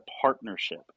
partnership